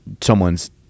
someone's